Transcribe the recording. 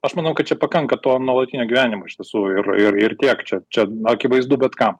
aš manau kad čia pakanka to nuolatinio gyvenimo iš tiesų ir ir tiek čia čia akivaizdu bet kam